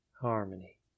harmony